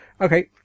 okay